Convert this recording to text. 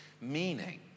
Meaning